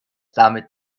damit